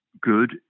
good